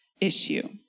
issue